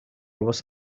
was